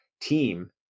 team